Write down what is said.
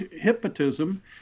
hypnotism